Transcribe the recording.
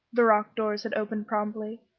the rock doors had opened promptly.